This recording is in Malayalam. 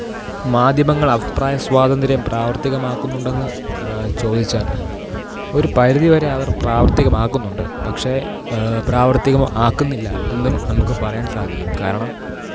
മാധ്യമങ്ങളഭിപ്രായ സ്വാതന്ത്ര്യം പ്രാവര്ത്തികമാക്കുന്നുണ്ടോയെന്ന് ചോദിച്ചാല് ഒരു പരിധിവരെ അവര് പ്രാവര്ത്തികമാക്കുന്നുണ്ട് പക്ഷെ പ്രാവര്ത്തികം ആക്കുന്നില്ല എന്നും നമുക്ക് പറയാന് സാധിക്കും കാരണം